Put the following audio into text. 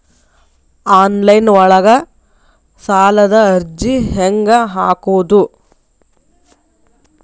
Online ಒಳಗ ಸಾಲದ ಅರ್ಜಿ ಹೆಂಗ್ ಹಾಕುವುದು?